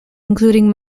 including